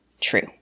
true